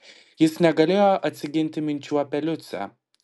jis negalėjo atsiginti minčių apie liucę